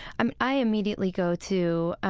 um i immediately go to,